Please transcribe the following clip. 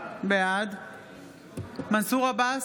בעד מנסור עבאס,